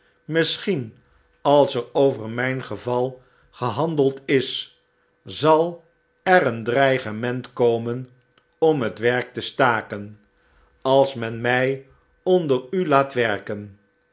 misschien als er over mijn geval gehandeld is zal er een dreigement komen om het werk te staken als men mij onder u laat werken